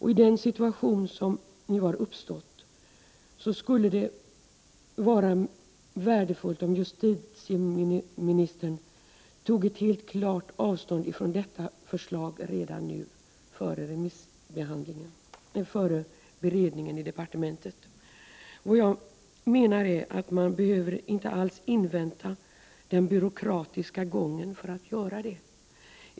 I den situation som nu uppstått skulle det vara värdefullt om justitieministern tog klart avstånd ifrån detta förslag redan nu, före beredningen i departementet. Jag menar att man inte alls behöver invänta den byråkratiska gången för att göra detta.